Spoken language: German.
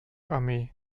armee